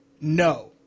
no